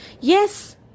Yes